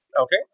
Okay